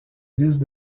liste